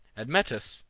admetus,